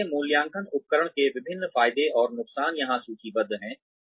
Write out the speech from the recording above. इसलिए मूल्यांकन उपकरण के विभिन्न फायदे और नुकसान यहां सूचीबद्ध है